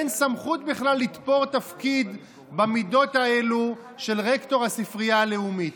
אין סמכות בכלל לתפור תפקיד במידות האלה של רקטור הספרייה הלאומית.